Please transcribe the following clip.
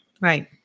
right